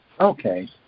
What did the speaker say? Okay